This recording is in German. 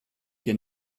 hier